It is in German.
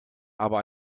aber